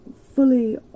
fully